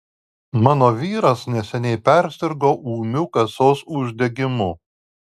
mano vyras neseniai persirgo ūmiu kasos uždegimu